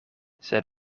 sed